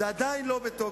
זה עדיין לא בתוקף.